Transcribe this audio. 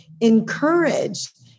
encouraged